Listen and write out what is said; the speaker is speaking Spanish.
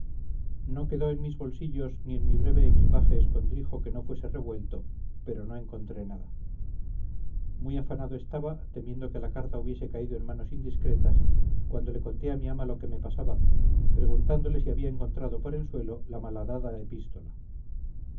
no quedó en mis bolsillos ni en mi breve equipaje escondrijo que no fuese revuelto pero no encontré nada muy afanado estaba temiendo que la carta hubiese caído en manos indiscretas cuando le conté a mi ama lo que me pasaba preguntándole si había encontrado por el suelo la malhadada epístola